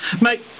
Mate